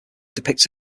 depicts